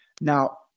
Now